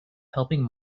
helping